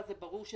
אני